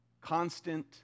Constant